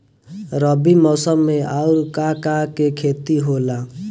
रबी मौसम में आऊर का का के खेती होला?